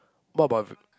what about